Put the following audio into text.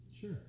Sure